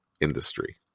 industry